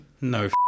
No